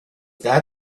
that